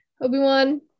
Obi-Wan